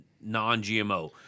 non-GMO